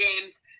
games